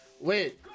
Wait